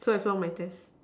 so I flunk my test